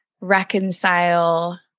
reconcile